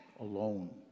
alone